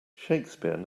shakespeare